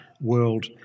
world